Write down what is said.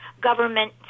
government